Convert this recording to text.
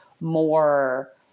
more